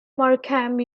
markham